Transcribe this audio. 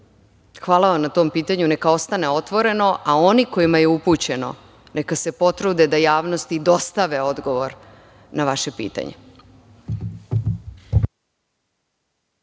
drugi. Hvala vam na tom pitanju, neka ostane otvoreno, a oni kojima je upućeno neka se potrude da javnosti dostave odgovor na vaše pitanje.